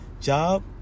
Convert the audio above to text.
Job